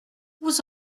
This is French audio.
vous